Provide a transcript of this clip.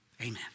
amen